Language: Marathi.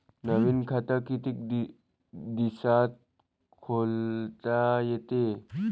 नवीन खात कितीक दिसात खोलता येते?